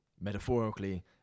Metaphorically